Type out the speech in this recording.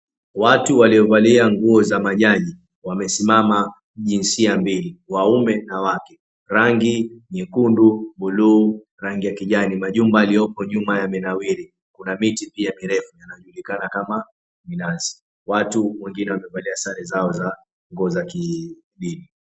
Watu waliovalia nguo za majaji wamesimama jinsia mbili waume na wake, rangi nyekundu, buluu rangi ya kijani majumba yalioko nyuma yamenawiri. Kuna miti pia mirefu inajulikana kama minazi, watu wengine wamevalia sare zao za nguo za kidini.